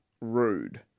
rude